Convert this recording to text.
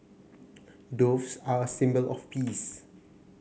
doves are a symbol of peace